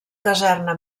caserna